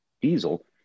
diesel